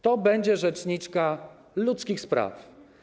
To będzie rzeczniczka ludzkich spraw.